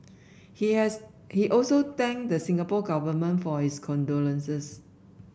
he has he also thanked the Singapore Government for his condolences